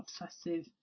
obsessive